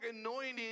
anointing